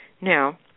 Now